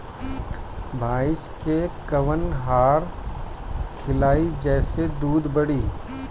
भइस के कवन आहार खिलाई जेसे दूध बढ़ी?